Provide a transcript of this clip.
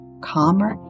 calmer